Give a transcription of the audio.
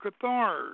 Cathars